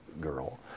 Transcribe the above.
girl